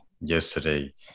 yesterday